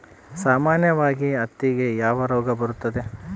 ಸಾಮಾನ್ಯವಾಗಿ ಹತ್ತಿಗೆ ಯಾವ ರೋಗ ಬರುತ್ತದೆ?